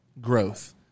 growth